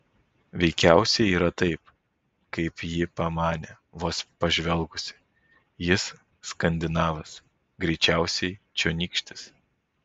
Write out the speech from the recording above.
veikiausiai yra taip kaip ji pamanė vos pažvelgusi jis skandinavas greičiausiai čionykštis